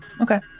okay